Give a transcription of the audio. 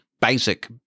basic